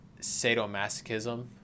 sadomasochism